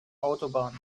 autobahn